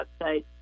website